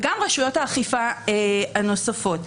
וגם רשויות האכיפה הנוספות.